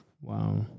Wow